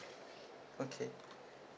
okay